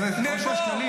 אושר שקלים,